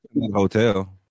hotel